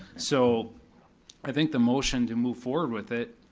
so i think the motion to move forward with it,